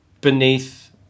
beneath